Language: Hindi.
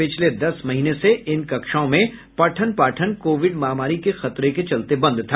पिछले दस महीने से इन कक्षाओं में पठन पाठन कोविड महामारी के खतरे के चलते बंद था